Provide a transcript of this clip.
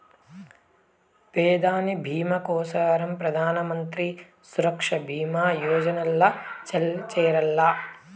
పెదాని బీమా కోసరం ప్రధానమంత్రి సురక్ష బీమా యోజనల్ల చేరాల్ల